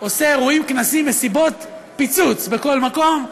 עושה אירועים, כנסים, מסיבות פיצוץ בכל מקום.